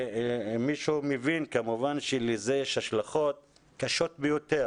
מי שמבין, כמובן שלזה יש השלכות קשות ביותר